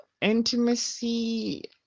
intimacy